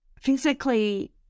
physically